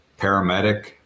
paramedic